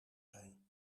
zijn